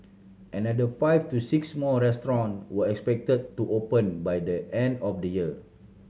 another five to six more restaurant were expected to open by the end of the year